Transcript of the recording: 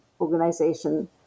organization